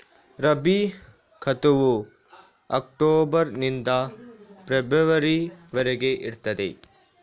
ರಬಿ ಋತುವು ಅಕ್ಟೋಬರ್ ನಿಂದ ಫೆಬ್ರವರಿ ವರೆಗೆ ಇರ್ತದೆ